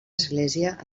església